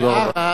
תודה רבה.